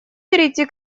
перейти